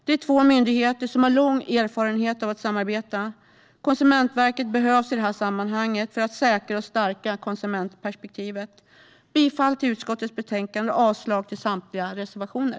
Det är två myndigheter som har lång erfarenhet av att samarbeta. Konsumentverket behöver finnas med i detta sammanhang för att säkra och stärka konsumentperspektivet. Jag yrkar bifall till utskottets förslag i betänkandet och avslag på samtliga reservationer.